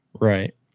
Right